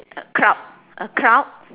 a cloud a cloud